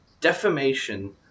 defamation